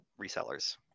resellers